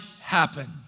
happen